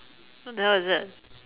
what the hell is that